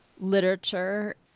literature